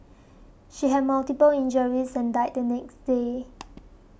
she had multiple injuries and died the next day